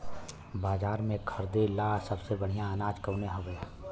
बाजार में खरदे ला सबसे बढ़ियां अनाज कवन हवे?